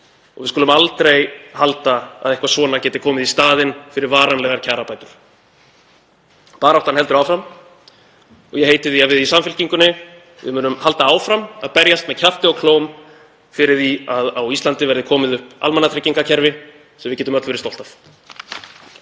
og við skulum aldrei halda að eitthvað svona geti komið í staðinn fyrir varanlegar kjarabætur. Baráttan heldur áfram og ég heiti því að við í Samfylkingunni munum halda áfram að berjast með kjafti og klóm fyrir því að á Íslandi verði komið upp almannatryggingakerfi sem við getum öll verið stolt af.